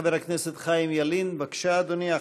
חבר הכנסת חיים ילין, בבקשה, אדוני.